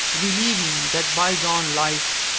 reliving that bygone life,